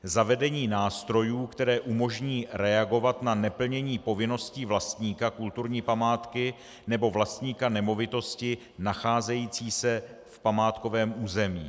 Zavedení nástrojů, které umožní reagovat na neplnění povinností vlastníka kulturní památky nebo vlastníka nemovitosti nacházející se v památkovém území.